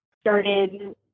Started